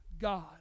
God